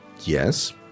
Yes